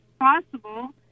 possible